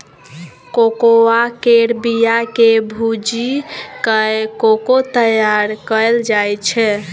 cocoa केर बिया केँ भूजि कय कोको तैयार कएल जाइ छै